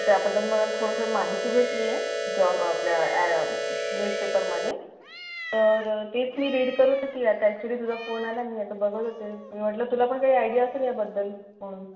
तर त्याबद्दल मला थोडंसं महिती भेटली आहे जॉब आपल्या ॲड न्यूजपेपरमध्ये तर तेच मी रीड करत होती आता ॲक्चुअली तुझा फोन आला न मी आता बघत होते मी म्हटलं तुला पण काही आयडिया असेल याबद्दल म्हणून